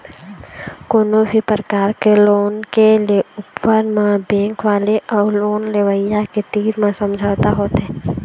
कोनो भी परकार के लोन के ले ऊपर म बेंक वाले अउ लोन लेवइया के तीर म समझौता होथे